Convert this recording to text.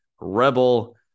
rebel